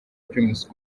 primus